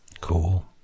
Cool